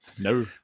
No